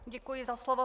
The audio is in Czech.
Děkuji za slovo.